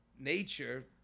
nature